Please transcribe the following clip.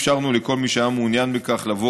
אפשרנו לכל מי שהיה מעוניין בכך לבוא